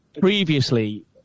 previously